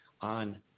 on